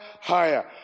higher